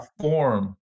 form